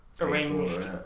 arranged